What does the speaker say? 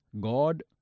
God